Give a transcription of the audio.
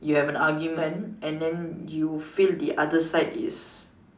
you've an argument and then you feel the other side is